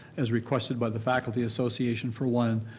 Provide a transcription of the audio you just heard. as requested by the faculty association for one,